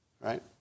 right